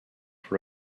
for